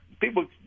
people